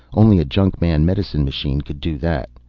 only a junkman medicine machine could do that.